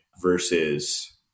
versus